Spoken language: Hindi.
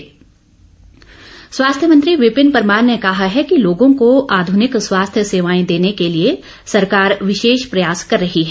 विपिन परमार स्वास्थ्य मंत्री विपिन परमार ने कहा है कि लोगों को आध्निक स्वास्थ्य सेवाएं देने के लिए सरकार विशेष प्रयास कर रही है